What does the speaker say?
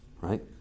Right